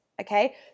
okay